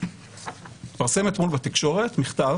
התפרסם אתמול בתקשורת מכתב